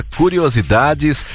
curiosidades